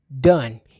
Done